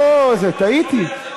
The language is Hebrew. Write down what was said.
לא זה, טעיתי.